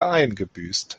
eingebüßt